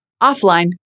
offline